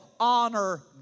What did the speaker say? Honor